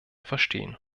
verstehen